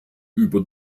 über